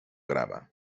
grava